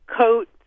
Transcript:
coat